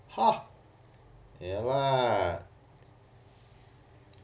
!huh! ya lah